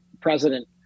president